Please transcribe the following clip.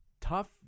tough